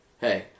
Hey